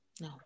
No